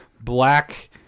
black